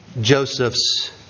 Joseph's